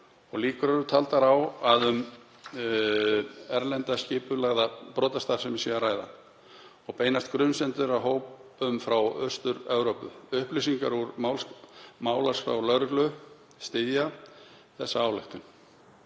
Líkur eru taldar á að um erlenda skipulagða brotastarfsemi sé að ræða og beinast grunsemdir að hópum frá Austur-Evrópu. Upplýsingar úr málaskrá lögreglu styðja þessa ályktun.